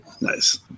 Nice